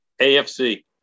AFC